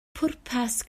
pwrpas